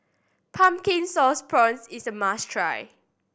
Pumpkin Sauce Prawns is a must try